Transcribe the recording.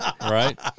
right